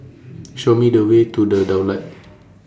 Show Me The Way to The Daulat